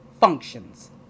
functions